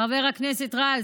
חבר הכנסת רז.